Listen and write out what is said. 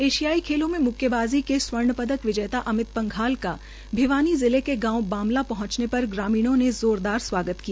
एशियाई खेलों में म्क्केबाज़ी के स्वर्ण पदक विजेता अमित पंघाल का भिवानी जिले के गांव बामला पहंचने पर ग्रामीणों ने ज़ोरदार स्वागत किया